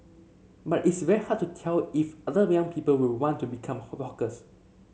but it's very hard to tell if other young people will want to become hawkers